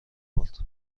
برد